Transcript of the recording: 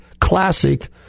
classic